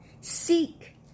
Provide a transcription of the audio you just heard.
Seek